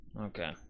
Okay